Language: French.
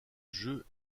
jeu